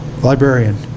Librarian